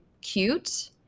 cute